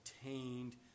obtained